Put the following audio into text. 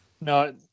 No